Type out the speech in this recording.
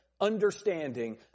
understanding